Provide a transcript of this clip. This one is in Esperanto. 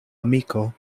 amiko